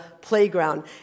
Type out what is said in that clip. playground